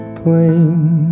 plane